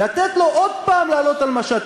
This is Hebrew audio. לתת לו עוד הפעם לעלות על משט טרור?